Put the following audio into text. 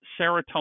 serotonin